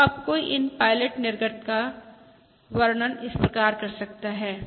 तो अब कोई इन पायलट निर्गत का वर्णन इस प्रकार कर सकता है